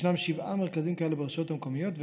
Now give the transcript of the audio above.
ישנם שבעה מרכזים כאלה ברשויות המקומיות,